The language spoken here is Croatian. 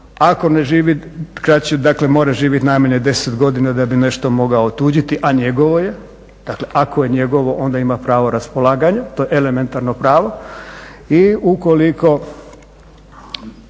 Ako ne živi kraće, dakle mora živjeti najmanje 10 godina da bi nešto mogao otuđiti a njegovo je, dakle ako je njegovo onda ima pravo raspolaganja, to je elementarno pravo. I ukoliko,